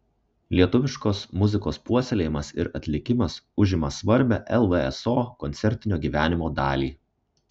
lietuviškos muzikos puoselėjimas ir atlikimas užima svarbią lvso koncertinio gyvenimo dalį